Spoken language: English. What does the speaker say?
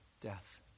death